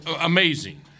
amazing